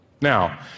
Now